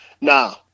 Now